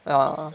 ah